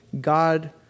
God